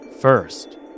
First